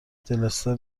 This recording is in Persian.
دلستر